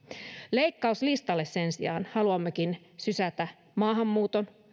leikkauslistalle sen sijaan haluammekin sysätä maahanmuuton